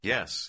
Yes